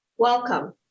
Welcome